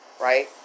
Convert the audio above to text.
right